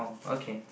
okay